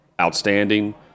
outstanding